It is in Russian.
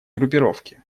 группировки